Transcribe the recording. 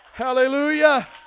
Hallelujah